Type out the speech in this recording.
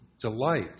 delight